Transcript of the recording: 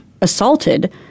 assaulted